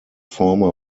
former